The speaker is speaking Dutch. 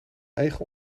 eigen